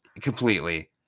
Completely